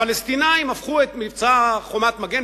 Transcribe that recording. הפלסטינים הפכו את מבצע "חומת מגן",